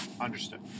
understood